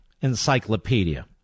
encyclopedia